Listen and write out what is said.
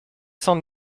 cents